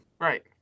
Right